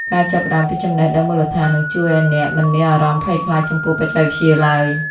ការចាប់ផ្តើមពីចំណេះដឹងមូលដ្ឋាននឹងជួយឱ្យអ្នកមិនមានអារម្មណ៍ភ័យខ្លាចចំពោះបច្ចេកវិទ្យាឡើយ។